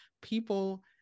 people